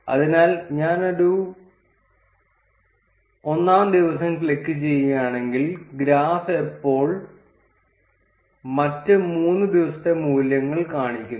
അതിനാൽ ഞാൻ ഒന്നാം ദിവസം ക്ലിക്കുചെയ്യുകയാണെങ്കിൽ ഗ്രാഫ് ഇപ്പോൾ മറ്റ് 3 ദിവസത്തെ മൂല്യങ്ങൾ കാണിക്കുന്നു